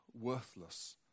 worthless